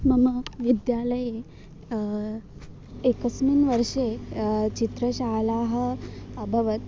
मम विद्यालये एकस्मिन् वर्षे चित्रशाला अभवत्